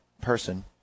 person